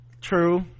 true